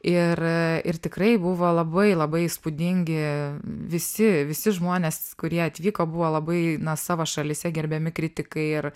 ir ir tikrai buvo labai labai įspūdingi visi visi žmonės kurie atvyko buvo labai na savo šalyse gerbiami kritikai ir